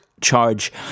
charge